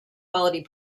quality